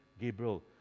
Gabriel